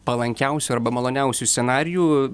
palankiausių arba maloniausių scenarijų